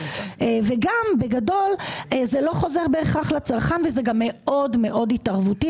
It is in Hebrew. וגם בגדול זה לא חוזר בהכרח לצרכן וזה גם מאוד מאוד התערבותי,